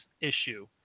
issue